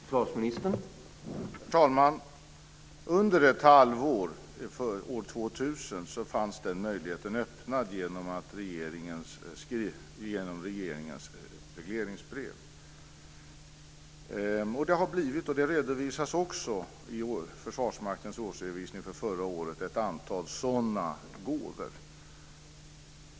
Herr talman! Under ett halvår, år 2000, fanns den möjligheten öppnad genom regeringens regleringsbrev. Det har också blivit, och det redovisas i Försvarsmaktens årsredovisning för förra året, ett antal sådana gåvor.